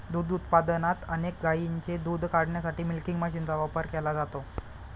दूध उत्पादनात अनेक गायींचे दूध काढण्यासाठी मिल्किंग मशीनचा वापर केला जातो